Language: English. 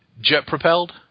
jet-propelled